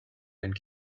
and